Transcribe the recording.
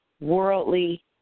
worldly